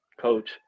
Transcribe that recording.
coach